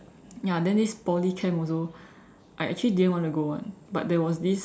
ya then this Poly camp also I actually didn't want to go [one] but there was this